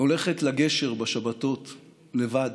הולכת לגשר בשבתות, לבד.